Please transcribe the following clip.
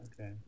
Okay